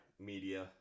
media